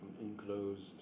enclosed